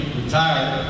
retired